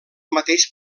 mateix